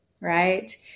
right